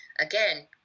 Again